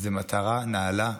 זו מטרה נעלה,